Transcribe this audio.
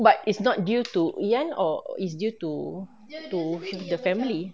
but it's not due to ian or it's due to to him the family